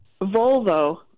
Volvo